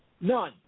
None